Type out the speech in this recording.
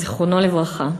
זיכרונו לברכה,